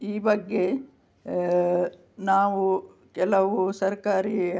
ಈ ಬಗ್ಗೆ ನಾವು ಕೆಲವು ಸರ್ಕಾರಿ